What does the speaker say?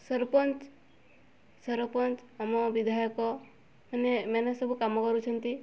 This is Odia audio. ସରପଞ୍ଚ ସରପଞ୍ଚ ଆମ ବିଧାୟକ ମାନେ ଏମାନେ ସବୁ କାମ କରୁଛନ୍ତି